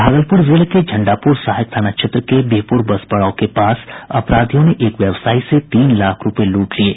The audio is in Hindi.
भागलपुर जिले के झंडापुर सहायक थाना क्षेत्र के बिहपुर बस पड़ाव के पास अपराधियों ने एक व्यवसायी से तीन लाख रुपये लूट लिये